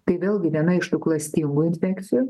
tai vėlgi viena iš tų klastingų infekcijų